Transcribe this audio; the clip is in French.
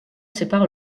sépare